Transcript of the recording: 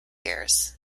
years